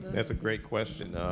that's a great question.